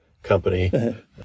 company